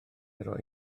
roi